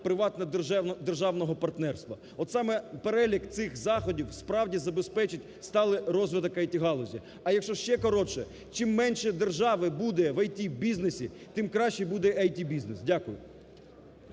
приватно-державного партнерства. От, саме перелік цих заходів справді забезпечить сталий розвиток ІТ-галузі. А якщо ще коротше: чим менше держави буде в ІТ-бізнесі, тим кращий буде ІТ-бізнес. Дякую.